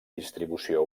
distribució